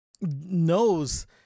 knows